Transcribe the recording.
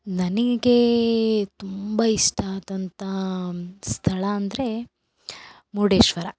ನನಗೇ ತುಂಬ ಇಷ್ಟ ಆದಂಥ ಸ್ಥಳ ಅಂದರೆ ಮುರುಡೇಶ್ವರ